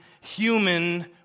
human